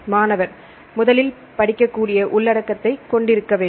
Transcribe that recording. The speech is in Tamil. மாணவர் முதலில் படிக்கக்கூடிய உள்ளடக்கத்தைக் கொண்டிருக்க வேண்டும்